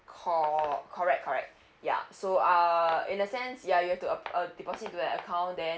co~ correct correct ya so uh in a sense ya you have to uh uh deposit into the account then